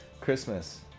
Christmas